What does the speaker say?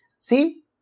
See